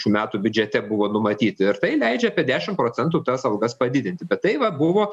šių metų biudžete buvo numatyti ir tai leidžia apie dešim procentų tas algas padidinti bet tai va buvo